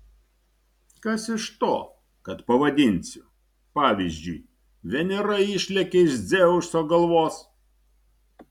kas iš to kad pavadinsiu pavyzdžiui venera išlėkė iš dzeuso galvos